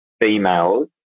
females